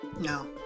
No